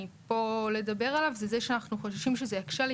פה לדבר עליו זה זה שאנחנו חוששים שזה יקשה על